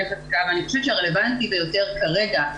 חקיקה ואני חושבת שהרלוונטי ביותר כרגע,